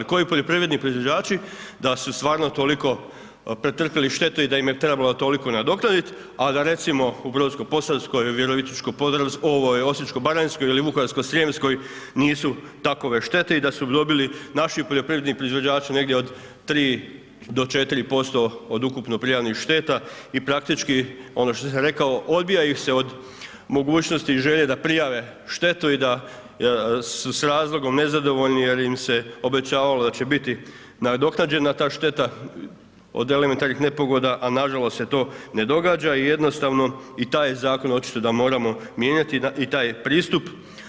Koji poljoprivredni proizvođači, da su stvarno toliko pretrpjeli štete i da im je trebalo toliko nadoknaditi, a da recimo, u Brodsko-posavskoj, Osječko-baranjskoj ili Vukovarsko-srijemskoj, nisu takove štete i da su dobili naši poljoprivredni proizvođači negdje od 3-4% od ukupno prijavljenih šteta i praktički, ono što sam rekao, odbija ih se od mogućnosti i želje da prijave štetu i da su s razlogom nezadovoljni jer im se obećavalo da će biti nadoknađena ta šteta, od elementarnih nepogoda, a nažalost se to ne događa i jednostavno i taj je zakon očito da moramo mijenjati i taj pristup.